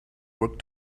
work